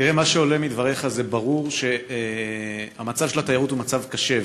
ממה שעולה מדבריך ברור שמצב התיירות הוא מצב קשה,